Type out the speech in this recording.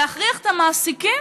להכריח את המעסיקים